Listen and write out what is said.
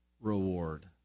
reward